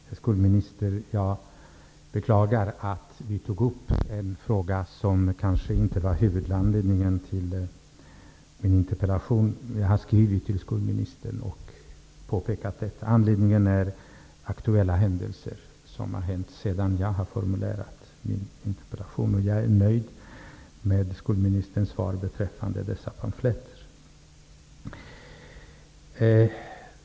Herr talman! Fru skolminister, jag beklagar att vi tog upp en fråga som kanske inte var huvudanledningen till min interpellation. Men jag har skrivit till skolministern och påpekat detta. Anledningen var aktuella händelser sedan jag formulerade min interpellation. Jag är nöjd med skolministerns svar beträffande dessa pamfletter.